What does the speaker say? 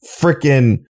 freaking